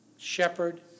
Shepherd